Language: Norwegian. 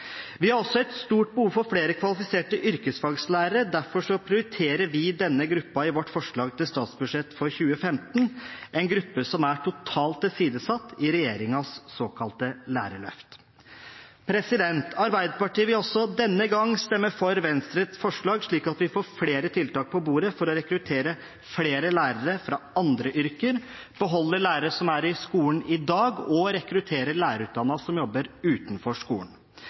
Vi har også et stort behov for flere kvalifiserte yrkesfaglærere. Derfor prioriterte vi denne gruppen i vårt forslag til statsbudsjett for 2015, en gruppe som er totalt tilsidesatt i regjeringens såkalte lærerløft. Arbeiderpartiet vil også denne gang stemme for Venstres forslag, slik at vi får flere tiltak på bordet for å rekruttere flere lærere fra andre yrker, beholde lærere som er i skolen i dag, og rekruttere lærerutdannede som jobber utenfor skolen.